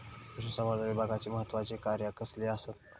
पशुसंवर्धन विभागाची महत्त्वाची कार्या कसली आसत?